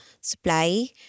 supply